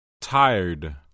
tired